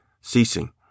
ceasing